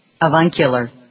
Avuncular